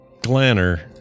glanner